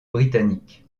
britannique